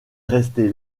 restait